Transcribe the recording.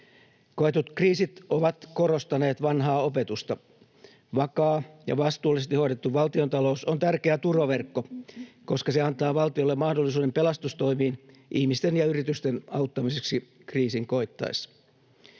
Koetut kriisit ovat korostaneet vanhaa opetusta. Vakaa ja vastuullisesti hoidettu valtiontalous on tärkeä turvaverkko, koska se antaa valtiolle mahdollisuuden pelastustoimiin ihmisten ja yritysten auttamiseksi kriisin koittaessa.